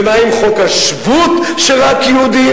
ומה עם חוק השבות, שרק יהודים?